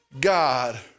God